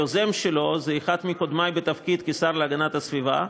היוזם שלו זה אחד מקודמי בתפקיד השר להגנת הסביבה,